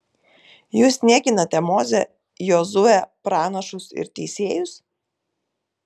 jūs niekinate mozę jozuę pranašus ir teisėjus